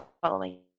following